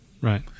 Right